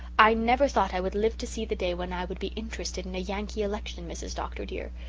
i never thought i would live to see the day when i would be interested in a yankee election, mrs. dr. dear.